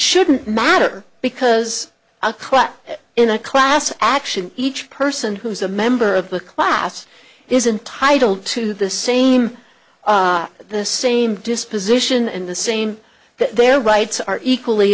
shouldn't matter because a cut in a class action each person who's a member of the class is intitled to the same the same disposition and the same their rights are equally